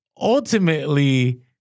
ultimately